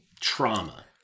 trauma